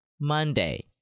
Monday